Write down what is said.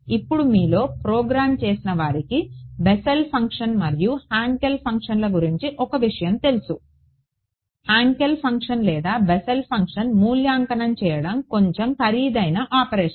ఇప్పుడు మీలో ప్రోగ్రామ్ చేసిన వారికి బెస్సెల్ ఫంక్షన్ మరియు హాంకెల్ ఫంక్షన్ల గురించి ఒక విషయం తెలుసు హాంకెల్ ఫంక్షన్ లేదా బెస్సెల్ ఫంక్షన్ మూల్యాంకనం చేయడం కొంచెం ఖరీదైన ఆపరేషన్